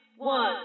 One